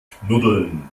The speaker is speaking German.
knuddeln